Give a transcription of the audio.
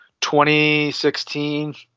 2016